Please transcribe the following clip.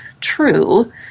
true